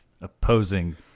Opposing